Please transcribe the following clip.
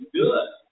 good